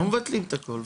לא מבטלים את הכול.